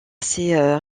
ses